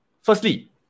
firstly